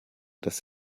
das